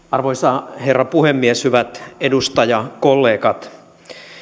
arvoisa herra puhemies hyvät edustajakollegat